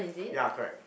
ya correct